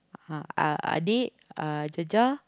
ah uh adik uh Jajah